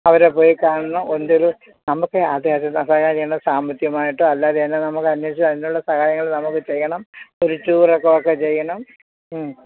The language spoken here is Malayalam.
അവരെ പോയി കാണണം എന്തോരം നമുക്ക് അതെയതെ അതെ സഹായം ചെയ്യണം സാമ്പത്തികമായിട്ടോ അല്ലാതെ തന്നെ നമുക്ക് അന്വേഷിച്ച് അതിനുള്ള സഹായങ്ങൾ നമുക്ക് ചെയ്യണം ഒരു ടൂറൊക്കെ ഒക്കെ ചെയ്യണം മ്